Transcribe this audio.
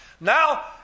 Now